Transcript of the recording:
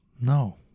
No